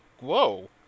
whoa